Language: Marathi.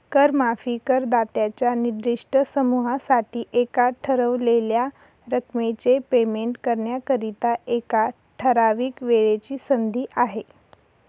कर माफी करदात्यांच्या निर्दिष्ट समूहासाठी एका ठरवलेल्या रकमेचे पेमेंट करण्याकरिता, एका ठराविक वेळेची संधी आहे